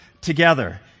together